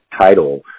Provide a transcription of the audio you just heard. title